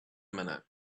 minute